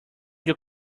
your